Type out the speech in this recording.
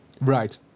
Right